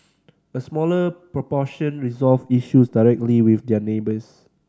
a smaller proportion resolved issues directly with their neighbours